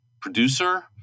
producer